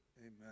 Amen